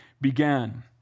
began